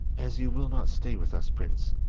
as you will not stay with us, prince,